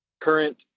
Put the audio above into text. current